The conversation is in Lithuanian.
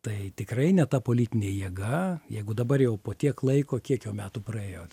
tai tikrai ne ta politinė jėga jeigu dabar jau po tiek laiko kiek jau metų praėjo